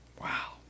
Wow